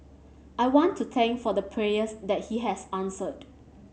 I want to thank for the prayers that he has answered